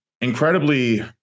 incredibly